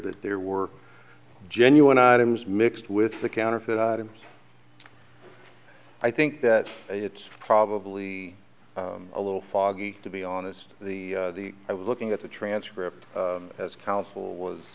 that there were genuine items mixed with the counterfeit items i think it's probably a little foggy to be honest the the i was looking at the transcript as counsel was